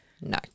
No